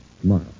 tomorrow